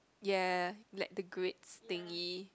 ya like the grates thingy